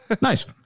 Nice